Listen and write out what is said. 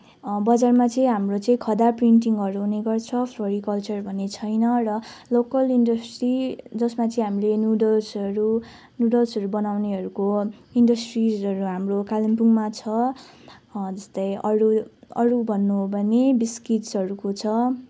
बजारमा चाहिँ हाम्रो चाहिँ खदा प्रिन्टिङहरू हुने गर्छ र फ्लोरिकल्चर भने छैन र लोकल इन्डस्ट्री जसमा चाहिँ हामीले नुडल्सहरू नुडल्सहरू बनाउनेहरूको इन्डस्ट्रिजहरू हाम्रो कालिम्पोङमा छ जस्तै अरू अरू भन्नु हो भने बिस्किट्सहरूको छ